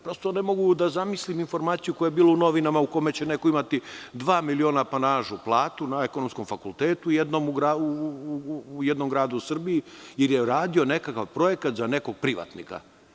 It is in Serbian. Prosto, ne mogu da zamislim informaciju koja je bila u novinama u kome će neko imati dva miliona apanažu platu na Ekonomskom fakultetu u jednom gradu u Srbiji ili je uradio nekakav projekat za nekog privatnika.